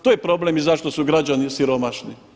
To je problem i zašto su građani siromašni.